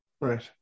Right